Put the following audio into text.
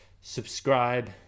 subscribe